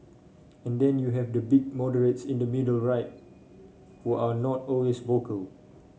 and then you have the big moderates in the middle right who are not always vocal